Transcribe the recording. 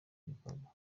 bikorwa